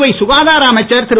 புதுவை க்காதார அமைச்சச் திரு